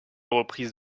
reprise